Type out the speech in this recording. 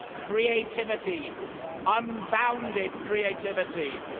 creativity unbounded creativity